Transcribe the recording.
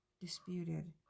disputed